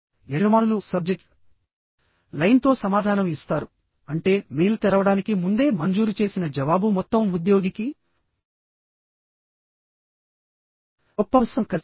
యజమానులు సబ్జెక్ట్ లైన్తో సమాధానం ఇస్తారు అంటే మెయిల్ తెరవడానికి ముందే మంజూరు చేసిన జవాబు మొత్తం ఉద్యోగికి గొప్ప ఉపశమనం కలిగిస్తుంది